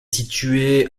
situé